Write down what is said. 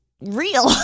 real